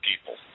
people